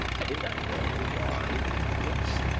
i did not know why they were thus,